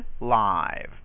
live